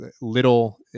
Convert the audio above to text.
little